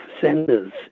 senders